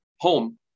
home